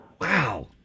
Wow